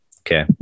Okay